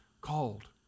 called